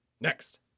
Next